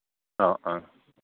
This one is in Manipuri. ꯑꯣ ꯑꯥ